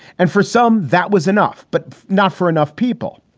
and for some, that was enough, but not for enough people.